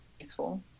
peaceful